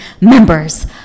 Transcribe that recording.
members